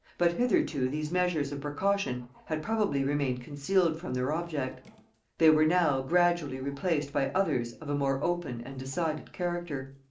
but hitherto these measures of precaution had probably remained concealed from their object they were now gradually replaced by others of a more open and decided character,